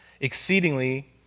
exceedingly